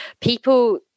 people